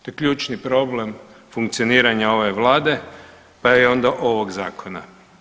To je ključni problem funkcioniranja ove Vlade pa i onda ovog Zakona.